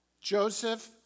Joseph